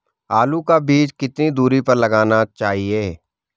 आलू का बीज कितनी दूरी पर लगाना चाहिए?